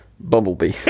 Bumblebee